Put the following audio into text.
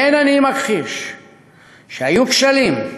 אין אני מכחיש שהיו כשלים,